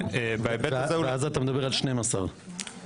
ובהיבט הזה --- ואז אתה מדבר על כ-12 מלגות.